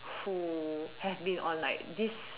who have been on like this